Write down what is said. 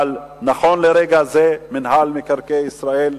אבל נכון לרגע זה מינהל מקרקעי ישראל,